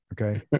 Okay